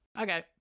okay